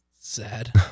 Sad